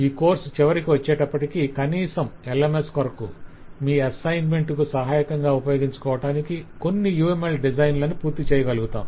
ఈ కోర్స్ చివరికి వచ్చేటప్పటికి కనీసం LMS కొరకు మీ అస్సైన్మెంట్ కు సహాయకంగా ఉపయోగించుకోటానికి కొన్ని UML డిజైన్లను పూర్తిచేయగలుగుతాం